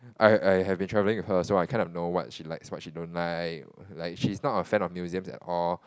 I I've been travelling with her so I kind of know what she likes what she don't like like she's not a fan of museums at all